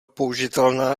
použitelná